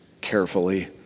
carefully